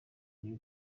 new